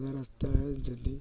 ରାସ୍ତାରେ ଯଦି